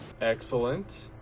Excellent